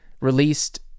released